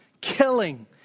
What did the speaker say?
killing